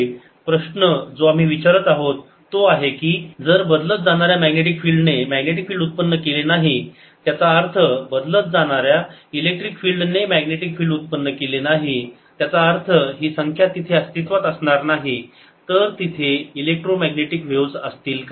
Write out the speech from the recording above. प्रश्न जो आम्ही विचारत आहोत तो आहे की जर बदलत जाणाऱ्या मॅग्नेटिक फिल्ड ने मॅग्नेटिक फिल्ड उत्पन्न केले नाही त्याचा अर्थ बदलत जाणार्या इलेक्ट्रिक फील्ड ने मॅग्नेटिक फिल्ड उत्पन्न केले नाही त्याचा अर्थ ही संख्या तिथे अस्तित्वात असणार नाही तर तिथे इलेक्ट्रोमॅग्नेटिक व्हेव्ज असतील काय